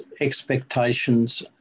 expectations